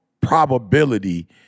probability